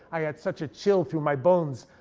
i had such a chill through my bones,